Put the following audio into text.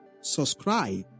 subscribe